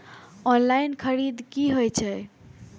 Online खरीद की होए छै?